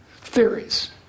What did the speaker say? theories